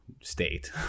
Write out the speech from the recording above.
state